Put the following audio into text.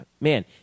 man